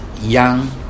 young